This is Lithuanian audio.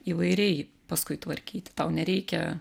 įvairiai paskui tvarkyti tau nereikia